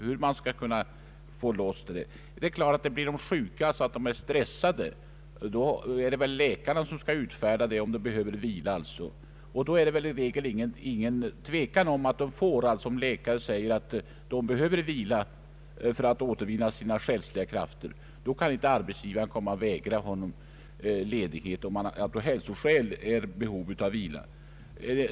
Om man blir sjuk eller på grund av t.ex. stress behöver vila är det läkarna som skall utfärda intyg om detta. Det råder ingen tvekan om att man får ledighet, om en läkare sagt att man behöver vila för att återvinna sina själsliga krafter. En arbetsgivare kan inte vägra ledighet, om man av hälsoskäl är i behov av vila.